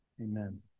amen